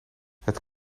het